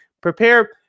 prepare –